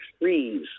freeze